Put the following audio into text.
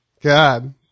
God